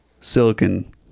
silicon